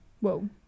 whoa